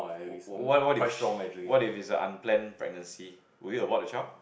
what what what if what if it's unplanned pregnancy will you abort the child